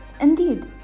Indeed